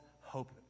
hope